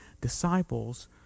disciples